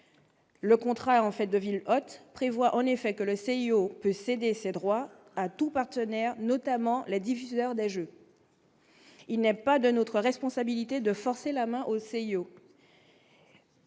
en fait de villes hôtes prévoit en effet que le CIO peut céder ses droits à tous partenaires notamment le diffuseur des Jeux. Il n'y a pas de notre responsabilité de forcer la main au CIO.